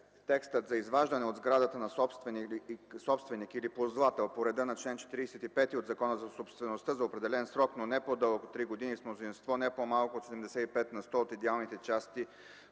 текстът: „за изваждане от сградата на собственик или ползвател по реда на чл. 45 от Закона за собствеността за определен срок, но не по-дълъг от три години – с мнозинство не по-малко от 75 на сто от идеалните части